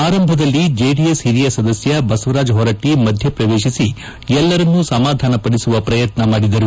ಆರಂಭದಲ್ಲಿ ಜೆಡಿಎಸ್ ಹಿರಿಯ ಸದಸ್ಯ ಬಸವರಾಜ ಹೊರಟ್ಟಿ ಮಧ್ಯ ಪ್ರವೇಶಿಸಿ ಎಲ್ಲರನ್ನೂ ಸಮಾಧಾನಪಡಿಸುವ ಪ್ರಯತ್ನ ಮಾಡಿದರು